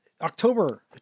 october